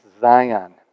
Zion